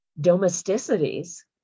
domesticities